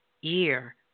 year